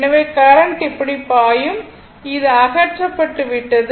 எனவே கரண்ட் இப்படி பாயும் இது அகற்றப்பட்டு விட்டது